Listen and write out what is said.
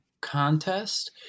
contest